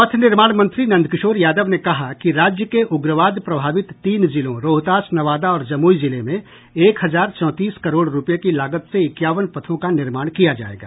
पथ निर्माण मंत्री नंदकिशोर यादव ने कहा कि राज्य के उग्रवाद प्रभावित तीन जिलों रोहतास नवादा और जमुई जिले में एक हजार चौंतीस करोड़ रूपये की लागत से इक्यावन पथों का निर्माण किया जायेगा